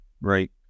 right